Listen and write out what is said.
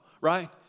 right